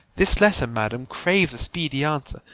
this letter, madam, craves a speedy answer.